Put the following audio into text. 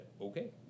okay